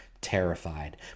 terrified